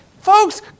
folks